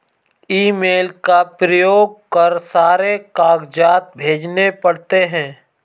email का प्रयोग कर सारे कागजात भेजने पड़ते हैं